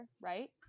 right